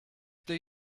they